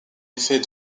effet